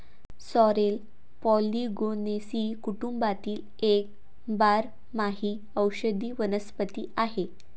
sorrel polygonaceae कुटुंबातील एक बारमाही औषधी वनस्पती आहे